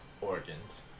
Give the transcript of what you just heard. organs